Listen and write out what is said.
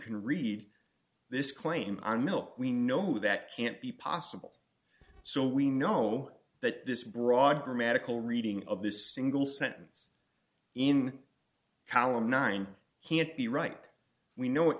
can read this claim on milk we know that can't be possible so we know that this broad grammatical reading of this single sentence in column nine can't be right we know it